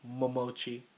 Momochi